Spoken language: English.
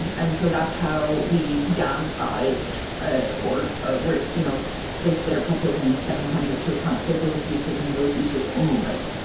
and so that's how we downsized or where. you know basically are proposing the seven hundred to account for those uses and those uses only.